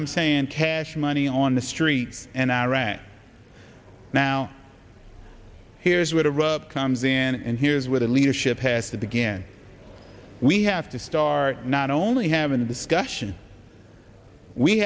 i'm saying cash money on the streets and iran now here's what rupp comes in and here's where the leadership has to begin we have to start not only having the discussion we